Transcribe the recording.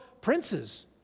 princes